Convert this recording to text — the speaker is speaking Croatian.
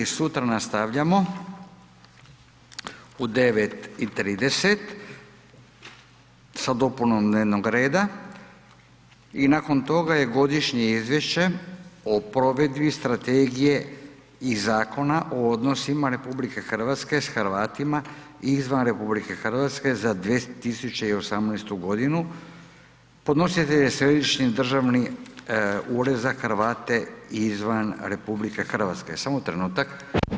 Sutra nastavljamo u 9 i 30 sa dopunom dnevnog reda i nakon toga je Godišnje izvješće o provedbi Strategije i Zakona o odnosima RH s Hrvatima izvan RH za 2018. g., podnositelj je Središnji državni ured za Hrvate izvan RH, samo trenutak.